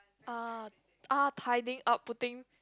uh uh tidying up putting